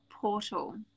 portal